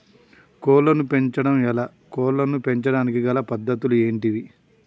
కోళ్లను పెంచడం ఎలా, కోళ్లను పెంచడానికి గల పద్ధతులు ఏంటివి?